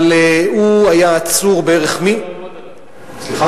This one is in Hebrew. אבל הוא היה עצור בערך, סליחה?